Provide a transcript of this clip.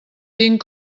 tinc